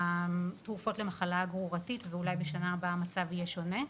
התרופות למחלה הגרורתית ואולי בשנה הבאה המצב יהיה שונה?